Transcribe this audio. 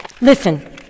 Listen